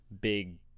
big